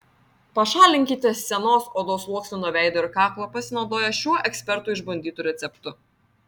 pašalinkite senos odos sluoksnį nuo veido ir kaklo pasinaudoję šiuo ekspertų išbandytu receptu